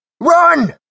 Run